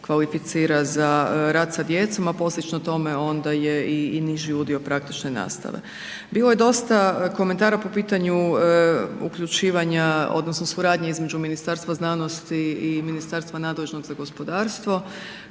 kvalificira za rad sa djecom a posljedično tome onda je i niži udio praktične nastave. Bilo je dosta komentara po pitanju uključivanja odnosno suradnje između Ministarstva znanosti i Ministarstva nadležnog za gospodarstvo